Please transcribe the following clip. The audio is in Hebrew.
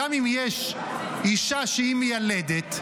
גם אם יש אישה שהיא מילדת,